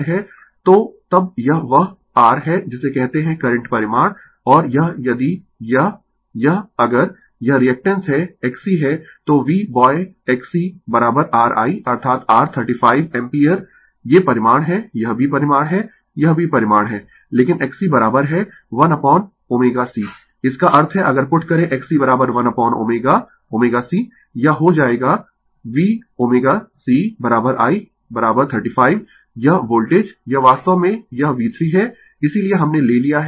तो तब यह वह r है जिसे कहते है करंट परिमाण और यह यदि यह यह अगर यह रीएक्टेन्स है xc है तो V by xc r I अर्थात r 35 एम्पीयर ये परिमाण है यह भी परिमाण है यह भी परिमाण है लेकिन xc बराबर है 1 अपोन ω c इसका अर्थ है अगर पुट करें xc 1 अपोन ω c यह हो जाएगा Vω cI35 यह वोल्टेज यह वास्तव में यह V3 है इसीलिये हमने ले लिया है